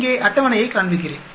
இங்கே அட்டவணையை காண்பிக்கிறேன்